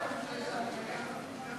שלוש דקות,